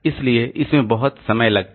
इसलिए इसमें बहुत समय लगता है